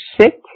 sick